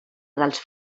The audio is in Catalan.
dels